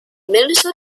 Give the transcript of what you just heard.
minnesota